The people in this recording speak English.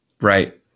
Right